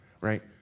right